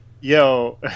Yo